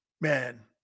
man